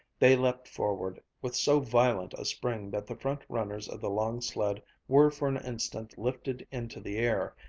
they leaped forward with so violent a spring that the front runners of the long sled were for an instant lifted into the air.